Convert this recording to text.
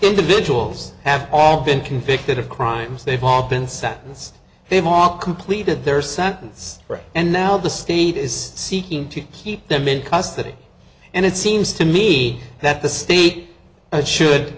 individuals have all been convicted of crimes they've all been sentenced they've all completed their sentence and now the state is seeking to keep them in custody and it seems to me that the state that should